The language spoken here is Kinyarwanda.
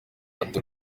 ati